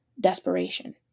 desperation